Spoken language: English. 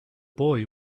boy